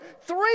Three